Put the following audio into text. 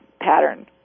pattern